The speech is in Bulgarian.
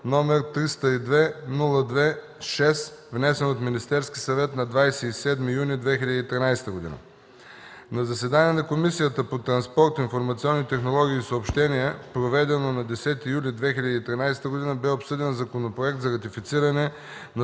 № 302-02-6, внесен от Министерския съвет на 27 юни 2013 г. На заседание на Комисията по транспорт, информационни технологии и съобщения, проведено на 10 юли 2013 г., бе обсъден Законопроект за ратифициране на